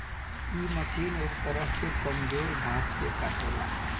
इ मशीन एक तरह से कमजोर घास के काटेला